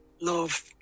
Love